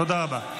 תודה רבה.